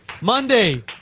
Monday